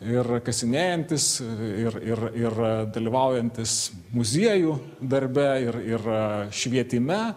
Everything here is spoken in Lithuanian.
ir kasinėjantys ir ir ir dalyvaujantys muziejų darbe ir ir švietime